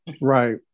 Right